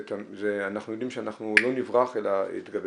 אנחנו יודעים שאנחנו לא נברח אלא יתגבר.